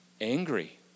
angry